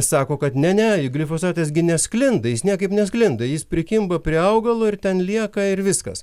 sako kad ne ne glifosatas gi nesklinda jis niekaip nesklinda jis prikimba prie augalo ir ten lieka ir viskas